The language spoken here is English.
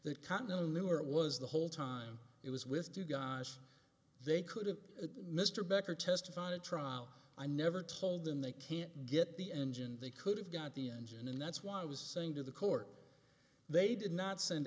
louer it was the whole time it was with you guys they could have mr becker testify to trial i never told them they can't get the engine they could have got the engine and that's why i was saying to the court they did not send